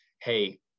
hey